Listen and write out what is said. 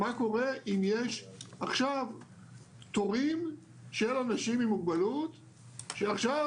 מה קורה אם יש עכשיו תורים של אנשים עם מוגבלות שעכשיו